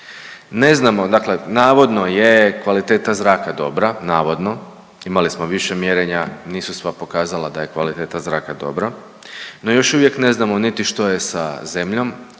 Ne znamo, dakle navodno je kvaliteta zraka dobra, navodno. Imali smo više mjerenja nisu sva pokazala da je kvaliteta zraka dobra, no još uvijek ne znamo niti što je sa zemljom